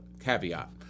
Caveat